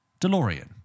DeLorean